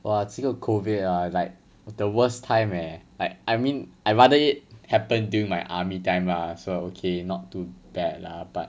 !wah! 这个 COVID ah like the worst time leh like I mean I rather it happened during my army time lah so okay not too bad lah but